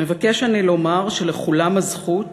"מבקש אני לומר שלכולם הזכות,